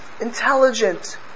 intelligent